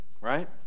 right